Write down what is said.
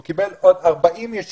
הוא קיבל עוד 40 ישיבות,